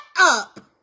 up